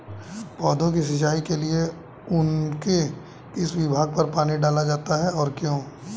पौधों की सिंचाई के लिए उनके किस भाग पर पानी डाला जाता है और क्यों?